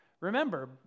Remember